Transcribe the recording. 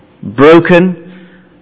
broken